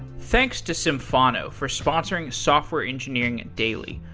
thanks to symphono for sponsoring software engineering daily.